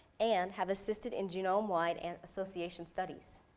and have assisted in genome wide and association studies.